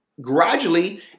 gradually